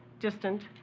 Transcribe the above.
distant,